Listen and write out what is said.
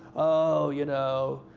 oh, you know,